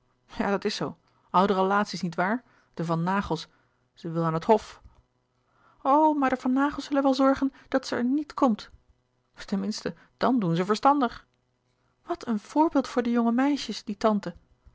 ja dat is zoo oude relatie's niet waar de van naghels ze wil aan het hof o maar de van naghels zullen wel zorgen dat ze er niet komt ten minste dàn doen ze verstandig wat een voorbeeld voor de jonge meisjes die tante